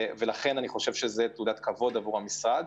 אני חושב שזו תעודת כבוד למשרד.